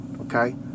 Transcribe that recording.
okay